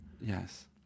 yes